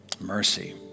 mercy